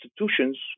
institutions